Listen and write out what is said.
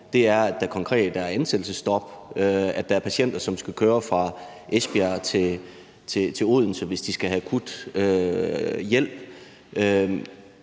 er, at der er et ansættelsesstop, og at der er patienter, som skal køre fra Esbjerg til Odense, hvis de skal have akut hjælp.